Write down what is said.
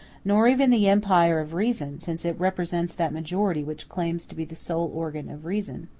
nor even the empire of reason, since it represents that majority which claims to be the sole organ of reason.